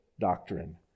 doctrine